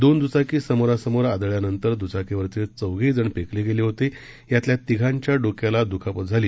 दोन दुचाकी समोरा समोर आदळल्यानंतर दूचाकीवरील चौघेही जण फेकले गेले होते यातल्या तिघांच्या डोक्याला दूखापत झाली